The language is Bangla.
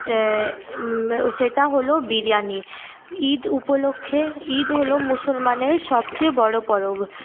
সেটা হলো বিরিয়ানি ঈদ উপলক্ষে ঈদ হলো মুসলমানের সবচেয়ে বড়ো পরব